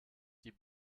die